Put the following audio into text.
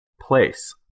Place